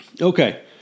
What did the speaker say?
Okay